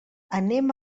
anem